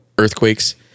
earthquakes